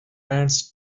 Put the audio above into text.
pants